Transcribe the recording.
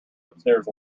upstairs